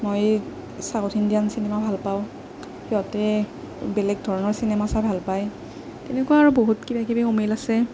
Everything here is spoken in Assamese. মই চাউথ ইণ্ডিয়ান চিনেমা ভাল পাওঁ সিহঁতে বেলেগ ধৰণৰ চিনেমা চাই ভাল পায় তেনেকুৱা আৰু বহুত কিবা কিবি অমিল আছে